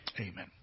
Amen